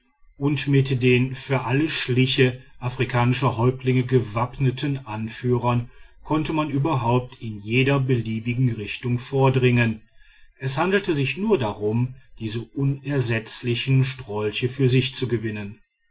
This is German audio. und mit den für alle schliche afrikanischer häuptlinge gewappneten anführern könnte man überhaupt in jeder beliebigen richtung vordringen es handelte sich nur darum diese unersetzlichen strolche für sich zu gewinnen